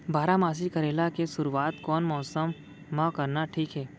बारामासी करेला के शुरुवात कोन मौसम मा करना ठीक हे?